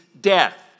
death